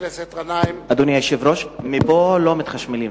אדוני היושב-ראש, מפה לא מתחשמלים.